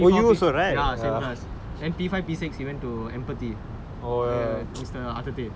P four ya same class then P five P six you went to empathy err mister arthur tay